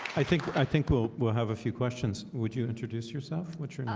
i think i think we'll we'll have a few questions. would you introduce yourself? what's wrong?